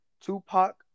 Tupac